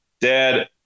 dad